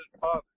father